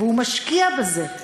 הוא משקיע בזה.